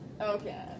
Okay